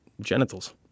genitals